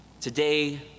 today